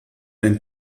ein